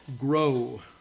grow